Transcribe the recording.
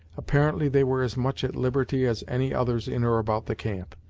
apparently they were as much at liberty as any others in or about the camp,